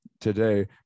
today